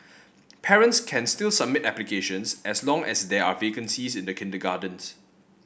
parents can still submit applications as long as there are vacancies in the kindergartens